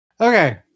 Okay